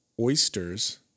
Oysters